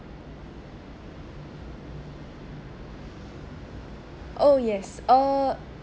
oh yes uh